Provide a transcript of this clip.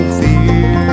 fear